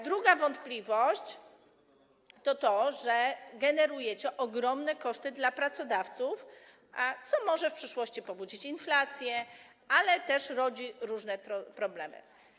Druga wątpliwość jest taka, że generujecie ogromne koszty dla pracodawców, co może w przyszłości pobudzić inflację, ale też rodzić różne inne problemy.